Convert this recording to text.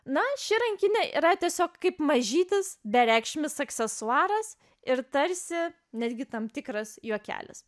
na ši rankinė yra tiesiog kaip mažytis bereikšmis aksesuaras ir tarsi netgi tam tikras juokelis